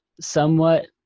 somewhat